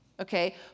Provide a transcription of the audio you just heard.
Okay